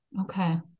Okay